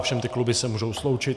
Ovšem ty kluby se můžou sloučit.